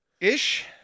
ish